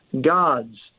gods